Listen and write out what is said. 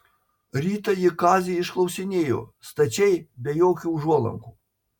rytą ji kazį išklausinėjo stačiai be jokių užuolankų